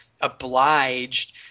obliged